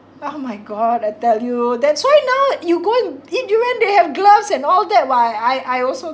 oh my god I tell you that's why now you go and eat durian they have gloves and all that [what] I I also